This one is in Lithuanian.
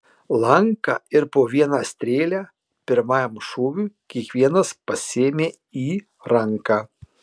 lanką ir po vieną strėlę pirmajam šūviui kiekvienas pasiėmė į ranką